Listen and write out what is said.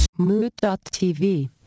mood.tv